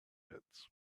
pits